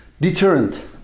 Deterrent